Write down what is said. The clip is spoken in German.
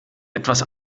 etwas